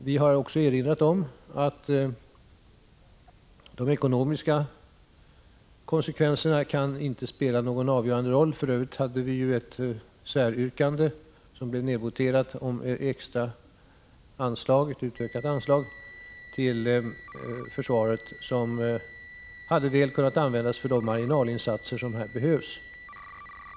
Vi har också erinrat om att de ekonomiska konsekvenserna inte kan spela någon avgörande roll. För övrigt hade vi ett säryrkande, som blev nedvoterat, om ett utökat anslag till försvaret. Det hade väl kunnat användas för de marginalinsatser som här behövs.